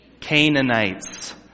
Canaanites